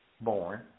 born